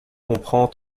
comprend